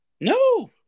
No